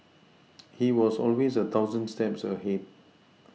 he was always a thousand steps ahead